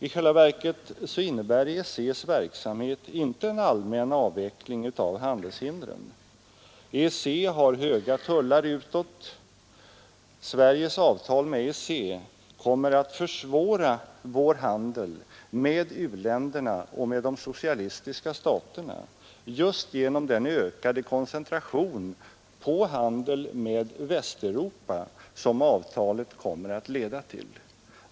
I själva verket innebär EEC:s verksamhet inte en allmän avveckling av handelshindren. E har höga tullar utåt. Sveriges avtal med EEC kommer att försvåra vår handel med u-länderna och med de socialistiska staterna just genom den ökade koncentration på handel med Västeuropa som avtalet kommer att leda till.